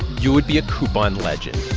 you would be a coupon legend